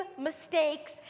mistakes